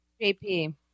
JP